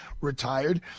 retired